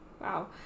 Wow